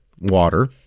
water